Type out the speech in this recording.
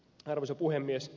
arvoisa puhemies